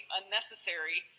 unnecessary